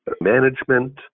management